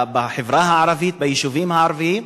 בחברה הערבית, ביישובים הערביים,